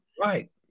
Right